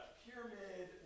pyramid